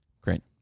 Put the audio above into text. Great